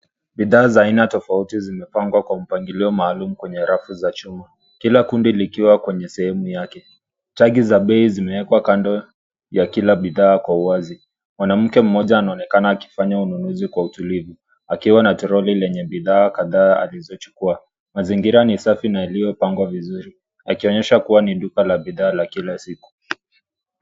Bidhaa za aina tofauti zimepagwa kwa mpangilio maluum kwenye rafu za chuma. Kila kundi likiwa kwenye sehemu yake .Tagi za bei zimewekwa kando ya kila bidhaa kwa uwazi .Mwanamke mmoja anaonekana akifanya ununuzi kwa utulivu akiwa na trolori lenye bidhaa kadhaa alizozichukuwa . Mazingira ni safi na yaliopagwa vizuri akionyesha kuwa ni duka la bidhaa za kila siku.